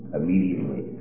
immediately